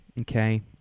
okay